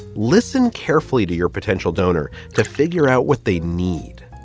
listen carefully to your potential donor to figure out what they need.